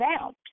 out